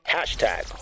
Hashtag